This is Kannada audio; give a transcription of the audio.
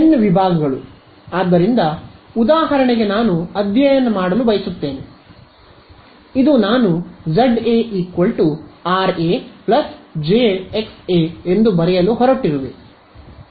ಎನ್ ವಿಭಾಗಗಳು ಆದ್ದರಿಂದ ಉದಾಹರಣೆಗೆ ನಾನು ಅಧ್ಯಯನ ಮಾಡಲು ಬಯಸುತ್ತೇನೆ ಇದು ನಾನು Za Ra jXa ಎಂದು ಬರೆಯಲು ಹೊರಟಿರುವೆ